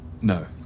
No